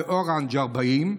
באורנג' 40,